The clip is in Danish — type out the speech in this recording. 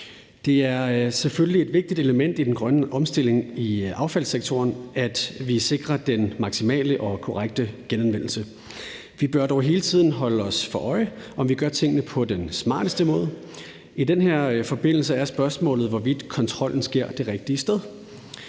Det er selvfølgelig et vigtigt element i den grønne omstilling af affaldssektoren, at vi sikrer den maksimale og korrekte genanvendelse. Vi bør dog hele tiden holde os for øje, om vi gør tingene på den smarteste måde. I den her forbindelse er spørgsmålet, hvorvidt kontrollen sker det rigtige sted.